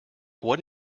what